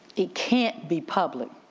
it can't be public.